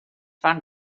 van